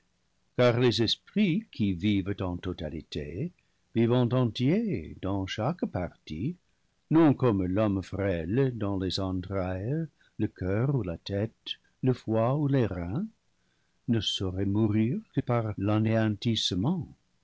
car les esprits qui vivent en totalité vivant entiers dans chaque partie non comme l'homme frêle dans les entrailles le coeur ou la tête le foie ou les reins ne sauraient mourir que par